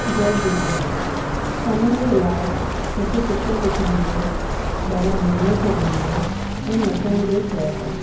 जय झूलेलाल कम जे अलावा मूंखे पिचर ॾिसण जो ॿाहिरि घुमणु फिरणु जो ऐं नचण जो शौंक़ु आहे